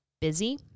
busy